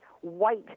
white